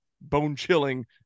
bone-chilling